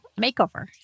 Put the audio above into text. makeover